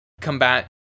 combat